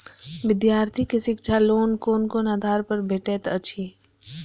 विधार्थी के शिक्षा लोन कोन आधार पर भेटेत अछि?